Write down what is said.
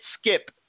skip